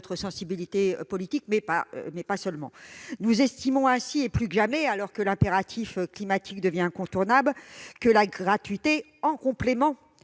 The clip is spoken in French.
sensibilité politique, mais pas seulement. Nous estimons aujourd'hui et plus que jamais, alors que l'impératif climatique devient incontournable, que la gratuité, en complément